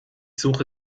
suche